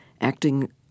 acting